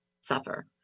suffer